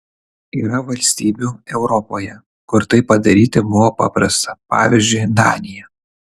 yra valstybių europoje kur tai padaryti buvo paprasta pavyzdžiui danija